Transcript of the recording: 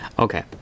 Okay